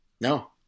No